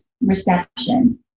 reception